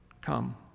come